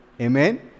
Amen